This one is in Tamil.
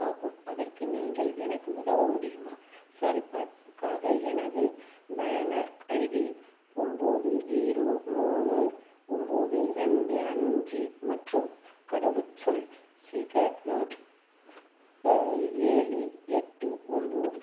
ஆகும் அதற்கு நீங்கள் எனக்கு உதவ முடியுமா சரிபார்ப்புக்காக எனது பயனர் ஐடி ஒன்போது ஜீரோ மூணு ஒன்போது ரெண்டு அஞ்சு மற்றும் கடவுச்சொல் சீக்ரெட் வேர்ட் ஏழு எட்டு ஒன்போது